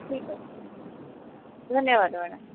ଠିକ ଅଛି ମ୍ୟାଡମ ଧନ୍ୟବାଦ ମ୍ୟାଡମ